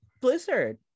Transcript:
Blizzard